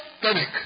clinic